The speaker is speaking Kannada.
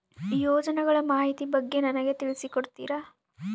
ಯೋಜನೆಗಳ ಮಾಹಿತಿ ಬಗ್ಗೆ ನನಗೆ ತಿಳಿಸಿ ಕೊಡ್ತೇರಾ?